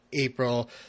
April